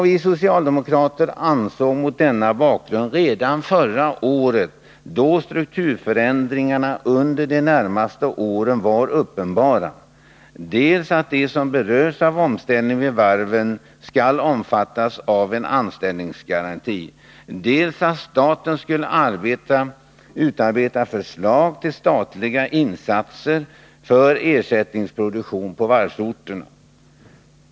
Vi socialdemokrater ansåg mot denna bakgrund redan förra året, då strukturförändringarna under de närmaste åren var uppenbara, dels att de 43 som berörs av omställningen vid varven skall omfattas av en anställningsgaranti, dels att staten skulle utarbeta förslag till statliga insatser för ersättningsproduktion på varvsorterna.